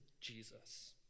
Jesus